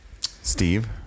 Steve